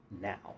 now